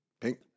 Pink